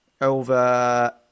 over